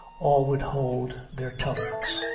all would hold their tongues.